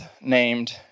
named